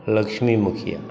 लक्ष्मी मुखिया